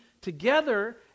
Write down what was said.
together